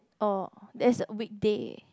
oh that's a weekday